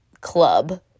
club